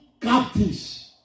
captives